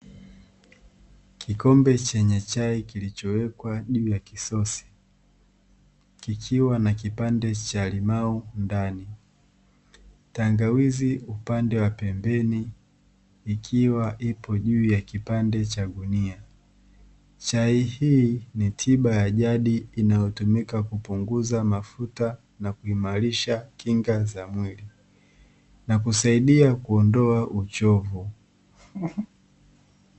Kikombe chenye chai kilichowekwa juu ya kisosi, kikiwa na kipande cha limau ndani, tangawizi upande wa pembeni, ikiwa ipo juu ya kipande cha gunia. Chai hii ni tiba ya jadi inayotumika kupunguza mafuta na kuimarisha kinga za mwili na kusaidia kuondoa uchovu.